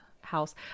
house